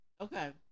Okay